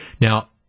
Now